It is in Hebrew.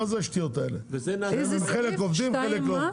מזה שהם עובדים עם חלק אחד ועם אחרים לא?